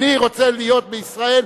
אני רוצה להיות בישראל,